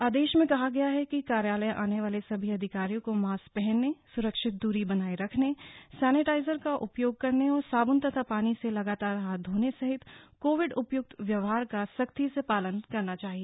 आदेश में कहा गया है कि कार्यालय आने वाले सभी अधिकारियों को मास्क पहनने सुरक्षित दूरी बनाए रखने सैनिटाइजर का उपयोग करने और साबुन तथा पानी से लगातार हाथ धोने सहित कोविड उपयुक्त व्यवहार का सख्ती से पालन करना चाहिए